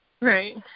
Right